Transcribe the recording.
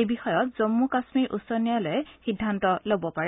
এই বিষয়ত জম্মু কাম্মীৰ উচ্চ ন্যায়ালয়ে সিদ্ধান্ত ল'ব পাৰে